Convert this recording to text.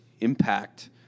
impact